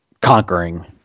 conquering